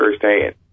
firsthand